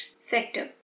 sector